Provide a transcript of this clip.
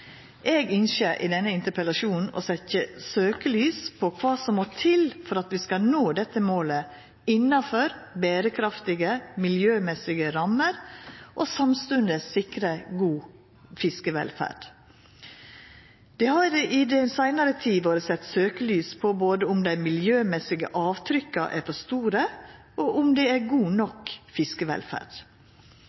Eg ønskjer i denne interpellasjonen å setja søkelyset på kva som skal til for at vi skal nå dette målet innanfor berekraftige, miljømessige rammer og samstundes sikra god fiskevelferd. Det har i den seinare tida vore sett søkelys på både om dei miljømessige avtrykka er for store, og om det er god nok fiskevelferd.